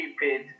stupid